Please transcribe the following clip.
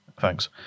thanks